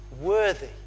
worthy